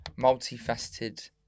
multifaceted